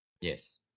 Yes